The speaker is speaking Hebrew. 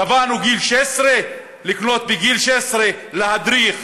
קבענו גיל 16, לקנות בגיל 16, להדריך